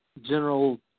general